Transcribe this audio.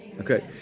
Okay